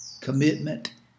commitment